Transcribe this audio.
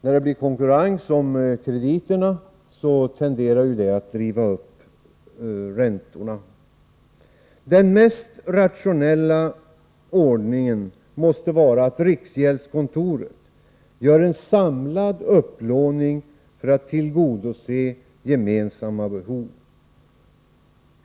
När det blir konkurrens om krediterna tenderar ju detta att driva upp räntenivån. Den mest rationella ordningen måste vara att riksgäldskontoret gör en samlad upplåning för att tillgodose gemensamma behov.